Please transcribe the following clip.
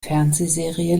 fernsehserie